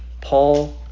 Paul